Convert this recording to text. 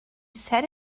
set